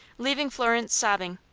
leaving florence sobbing.